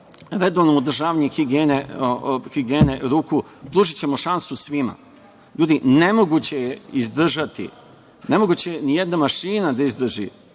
redovnim održavanjem higijene ruku, pružićemo šansu svima. Ljudi, nemoguće je izdržati. Nemoguće je nijedna mašina da izdrži